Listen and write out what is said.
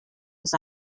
was